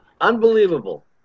unbelievable